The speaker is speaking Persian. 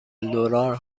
لورا